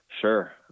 Sure